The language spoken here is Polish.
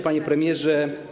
Panie Premierze!